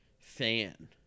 fan